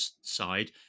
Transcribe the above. side